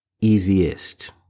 easiest